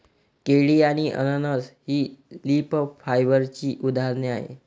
केळी आणि अननस ही लीफ फायबरची उदाहरणे आहेत